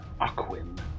Aquin